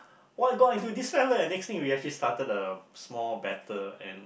what got into this fella and next thing we actually start a small battle and